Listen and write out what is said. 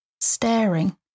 staring